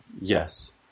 Yes